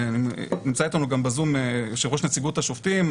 נמצא אתנו גם בזום יושב-ראש נציבות השופטים,